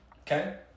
Okay